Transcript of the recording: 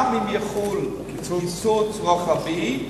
גם אם יחול קיצוץ רוחבי,